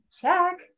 Check